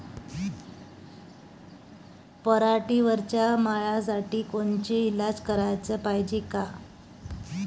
पराटीवरच्या माव्यासाठी कोनचे इलाज कराच पायजे?